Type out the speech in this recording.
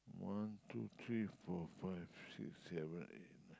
one two three four five six seven eight nine